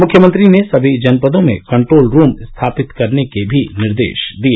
मुख्यमंत्री ने सभी जनपदों में कंट्रोल रूम स्थापित करने के भी निर्देश दिए